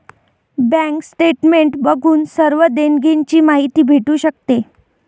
bank statement बघून सर्व लेनदेण ची माहिती भेटू शकते